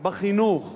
בחינוך,